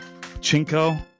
Chinko